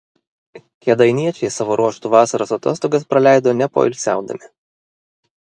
kėdainiečiai savo ruožtu vasaros atostogas praleido nepoilsiaudami